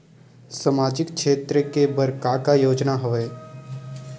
सामाजिक क्षेत्र के बर का का योजना हवय?